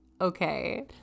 okay